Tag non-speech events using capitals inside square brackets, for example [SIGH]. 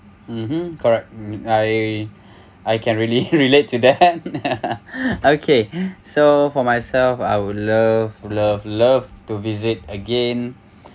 mmhmm correct mm I [BREATH] I can really [LAUGHS] relate to that [LAUGHS] okay [BREATH] so for myself I would love love love to visit again